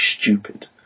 stupid